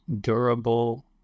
durable